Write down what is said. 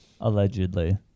allegedly